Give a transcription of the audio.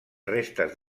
restes